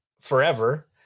forever